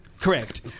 correct